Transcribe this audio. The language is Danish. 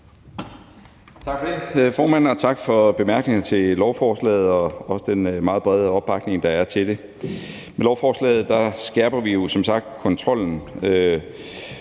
tak for det,